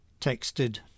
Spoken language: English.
texted